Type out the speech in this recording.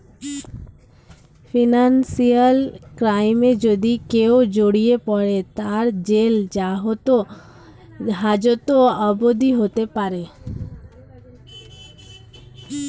financial ক্রাইমে যদি কেও জড়িয়ে পরে, তার জেল হাজত অবদি হতে পারে